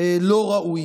לא ראוי.